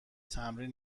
تمرین